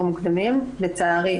דוקטור זוהר,